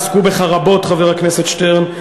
עסקו בך רבות, חבר הכנסת שטרן.